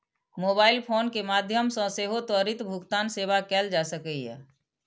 mobile phone के माध्यम सं सेहो त्वरित भुगतान सेवा कैल जा सकैए